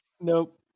Nope